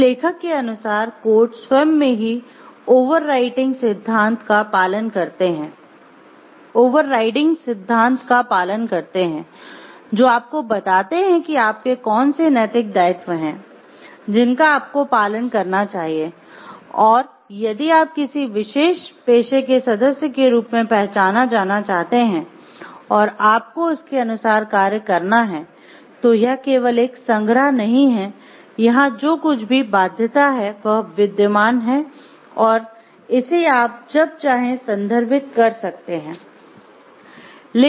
इस लेखक के अनुसार कोड स्वयं में ही ओवरराइडिंग सिद्धांत का पालन करते हैं जो आपको बताते हैं कि आपके कौन से नैतिक दायित्व हैं जिनका आपको पालन करना चाहिए और यदि आप किसी विशेष पेशे के सदस्य के रूप में पहचाना जाना चाहते हैं और आपको उसके अनुसार कार्य करना है तो यह केवल एक संग्रह नहीं है यहाँ जो कुछ भी बाध्यता है वह विद्यमान है और इसे आप जब चाहें संदर्भित कर सकते हैं